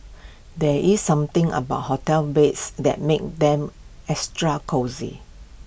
there is something about hotel beds that makes them extra cosy